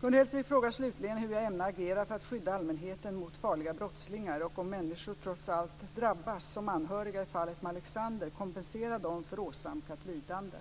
Gun Hellsvik frågar slutligen hur jag ämnar agera för att skydda allmänheten mot farliga brottslingar och om människor trots allt drabbas, som anhöriga i fallet Malexander, kompensera dem för åsamkat lidande.